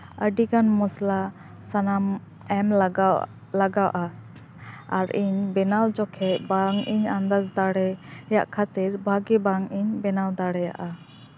ᱟᱹᱰᱤᱜᱟᱱ ᱢᱚᱥᱞᱟ ᱥᱟᱱᱟᱢ ᱮᱢ ᱞᱟᱜᱟᱣ ᱞᱟᱜᱟᱜᱼᱟ ᱟᱨ ᱤᱧ ᱵᱮᱱᱟᱣ ᱡᱚᱠᱷᱚᱱ ᱵᱟᱝ ᱤᱧ ᱟᱱᱫᱟᱡ ᱫᱟᱲᱮᱭᱟᱜ ᱠᱷᱟᱹᱛᱤᱨ ᱵᱷᱟᱹᱜᱤ ᱵᱟᱝ ᱤᱧ ᱵᱮᱱᱟᱣ ᱫᱟᱲᱮᱭᱟᱜᱼᱟ